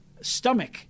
stomach